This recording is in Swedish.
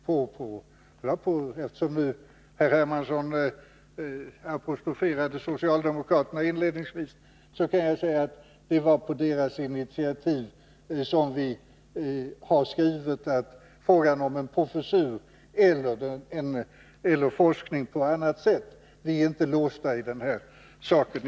Eftersom Carl-Henrik Hermansson inledningsvis apostroferade socialdemokraterna kan jag säga att det är på deras initiativ som vi talar om en professur eller forskningsverksamhet på annat sätt. Vi är inte låsta i denna fråga. Fru talman!